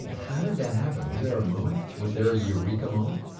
and how did that happen? was there a moment was there a eureka moment?